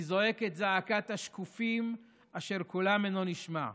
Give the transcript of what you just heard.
אני זועק את זעקת השקופים אשר קולם אינו נשמע.